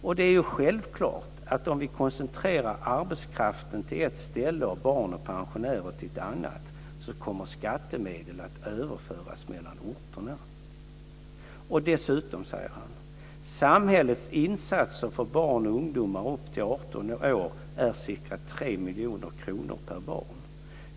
Och det är ju självklart att om vi koncentrerar arbetskraften till ett ställe och barn och pensionärer till ett annat så kommer skattemedel att överföras mellan orterna. Och dessutom, säger han, är samhällets insatser för barn och ungdom upp till 18 år ca 3 miljoner kronor per barn.